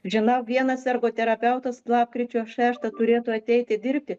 žinau vienas ergoterapeutas lapkričio šeštą turėtų ateiti dirbti